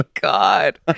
god